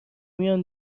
میان